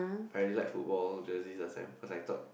I really like football jerseys last time cause I thought